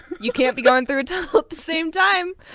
you can't be going through a tunnel at the same time.